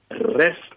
rest